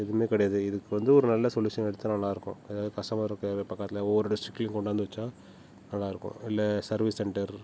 எதுவுமே கிடையாது இதுக்கு வந்து ஒரு நல்ல சொல்யூஷன் எடுத்தால் நல்லாருக்கும் அதாவது கஸ்டமர் கேர் பக்கத்தில் ஒவ்வொரு டிஸ்ட்ரிக்லையும் கொண்டு வந்து வச்சால் நல்லாருக்கும் இல்லை சர்விஸ் செண்டர்